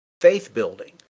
faith-building